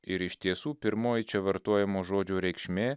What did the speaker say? ir iš tiesų pirmoji čia vartojamo žodžio reikšmė